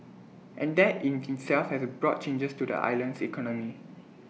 and that in itself has brought changes to the island's economy